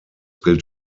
gilt